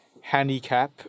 handicap